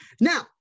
Now